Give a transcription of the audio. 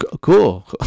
cool